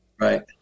Right